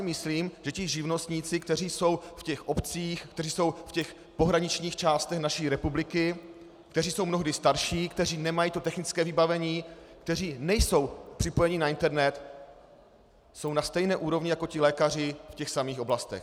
Myslím si, že ti živnostníci, kteří jsou v těch obcích, kteří jsou v těch pohraničních částech naší republiky, kteří jsou mnohdy starší, kteří nemají to technické vybavení, kteří nejsou připojeni na internet, jsou na stejné úrovni jako ti lékaři v těch samých oblastech.